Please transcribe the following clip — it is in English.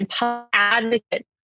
advocate